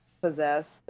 possessed